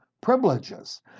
privileges